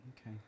Okay